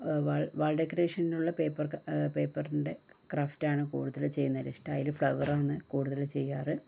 വ വാൾ ഡെക്കറേഷനുള്ള പേപ്പർ ക പേപ്പറിൻ്റെ ക്രാഫ്റ്റാണ് കൂടുതല് ചെയ്യുന്നത് സ്റ്റൈല് ഫ്ലവറാണ് കൂടുതല് ചെയ്യാറ്